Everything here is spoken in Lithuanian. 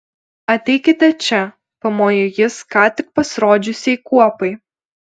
ateikite čia pamojo jis ką tik pasirodžiusiai kuopai